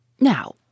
Now